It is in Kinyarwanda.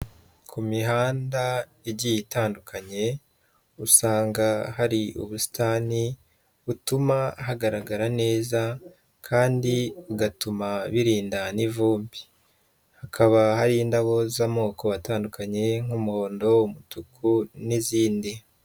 Ku mihanda igiye itandukanye usanga hari ubusitani butuma hagaragarara neza kandi bugatuma birinda n'ivumbi, hakaba hari indabo z'amoko atandukanye nk'umuhondo, umutuku n'izindi.